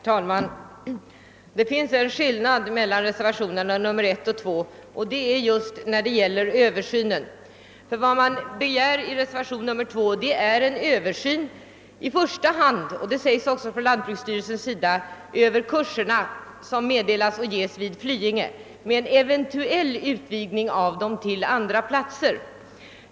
Herr talman! Det finns en skillnad mellan reservationerna 1 och 2 just när det gäller kravet på en översyn. I reservationen 2 begärs nämligen att lantbruksstyrelsen vid sin översyn av kursprogrammet vid Flyinge och eventuellt andra platser framlägger förslag om en utvidgning av kursverksamheten.